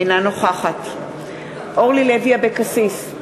אינה נוכחת אורלי לוי אבקסיס,